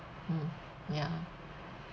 mm ya